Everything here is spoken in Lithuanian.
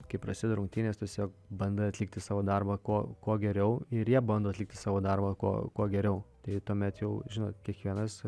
kai prasideda rungtynės tiesiog bandai atlikti savo darbą ko kuo geriau ir jie bando atlikti savo darbą ko kuo geriau tai tuomet jau žino kiekvienas